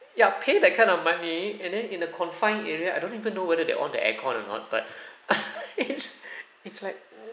ya pay that kind of money and then in a confined area I don't even know whether they on the air-con or not but it's it's like